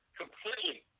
completely